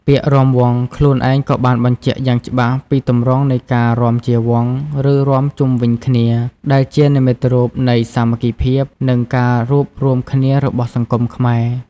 ពាក្យ "រាំវង់" ខ្លួនឯងក៏បានបញ្ជាក់យ៉ាងច្បាស់ពីទម្រង់នៃការរាំជាវង់ ឬរាំជុំវិញគ្នា ដែលជានិមិត្តរូបនៃសាមគ្គីភាព និងការរួបរួមគ្នារបស់សង្គមខ្មែរ។